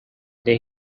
they